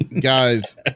Guys